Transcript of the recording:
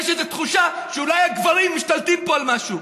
יש איזו תחושה שאולי הגברים משתלטים פה על משהו.